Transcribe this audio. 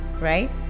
right